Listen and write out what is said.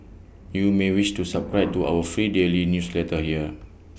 you may wish to subscribe to our free daily newsletter here